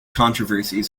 controversy